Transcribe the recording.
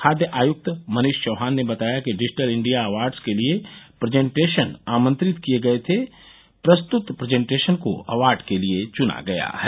खाद्य आयुक्त मनीष चौहान ने बताया कि डिजिटल इंडिया अवार्ड्स के लिए प्रजेंटेशन आमंत्रित किये गये थे प्रस्तुत प्रजेंटेशन को अवार्ड के लिये चुना गया है